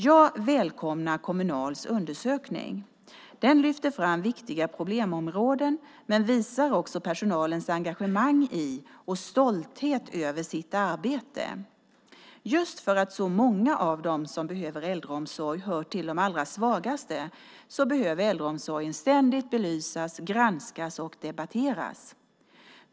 Jag välkomnar Kommunals undersökning. Den lyfter fram viktiga problemområden men visar också personalens engagemang i och stolthet över sitt arbete. Just för att så många av dem som behöver äldreomsorg hör till de allra svagaste behöver äldreomsorgen ständigt belysas, granskas och debatteras.